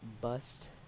bust